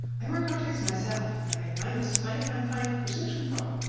i wear contacts myself. i have a minus five point five prescription power.